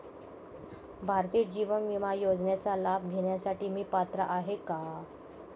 भारतीय जीवन विमा योजनेचा लाभ घेण्यासाठी मी पात्र आहे का?